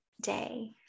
day